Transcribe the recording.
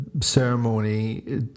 ceremony